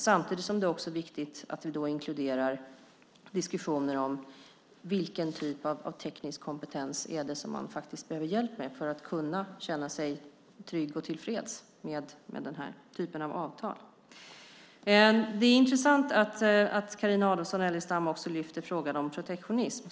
Samtidigt är det viktigt att vi då inkluderar diskussionen om vilken typ av teknisk kompetens som man behöver hjälp med för att kunna känna sig trygg och tillfreds med den här typen av avtal. Det är intressant att Carina Adolfsson Elgestam lyfter fram frågan om protektionism.